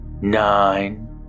nine